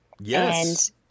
Yes